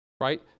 right